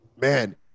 Man